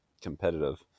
competitive